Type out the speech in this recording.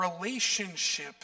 relationship